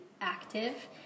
active